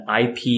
IP